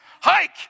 Hike